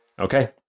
Okay